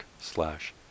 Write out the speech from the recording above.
slash